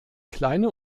kleine